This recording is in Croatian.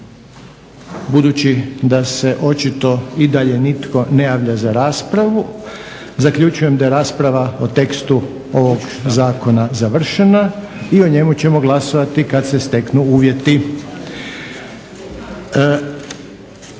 Budući da se očito i dalje nitko ne javlja za raspravu, zaključujem da je rasprava o tekstu ovog zakona završena i o njemu ćemo glasovati kad se steknu uvjeti.